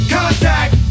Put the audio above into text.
Contact